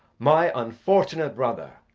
my unfortunate brother.